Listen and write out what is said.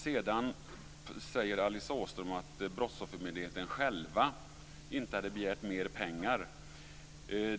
Sedan säger Alice Åström att Brottsoffermyndigheten själv inte hade begärt mer pengar.